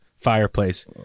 fireplace